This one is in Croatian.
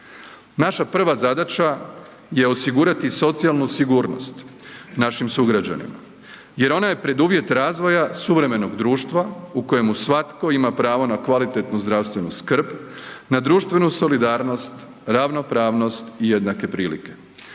Naša prva zadaća je osigurati socijalnu sigurnost našim sugrađanima jer ona je preduvjet razvoja suvremenog društva u kojemu svatko ima pravo na kvalitetnu zdravstvenu skrb, na društvenu solidarnost, ravnopravnost i jednake prilike.